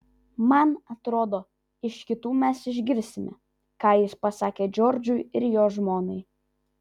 man atrodo iš kitų mes išgirsime ką jis pasakė džordžui ir jo žmonai